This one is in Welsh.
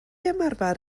ymarfer